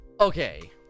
Okay